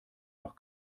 doch